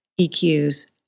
EQs